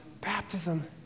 baptism